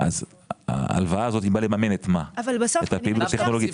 ההלוואה הזאת באה לממן, את מה?